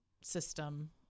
system